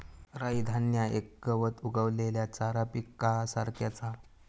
राई धान्य ह्या एक गवत उगवलेल्या चारा पिकासारख्याच हा